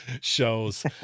shows